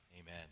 Amen